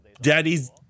Daddy's